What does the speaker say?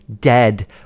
dead